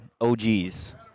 ogs